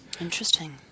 Interesting